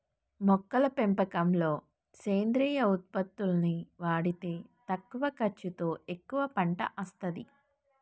మొక్కల పెంపకంలో సేంద్రియ ఉత్పత్తుల్ని వాడితే తక్కువ ఖర్చుతో ఎక్కువ పంట అస్తది